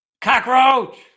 Cockroach